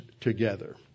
together